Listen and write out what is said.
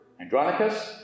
Andronicus